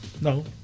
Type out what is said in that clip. No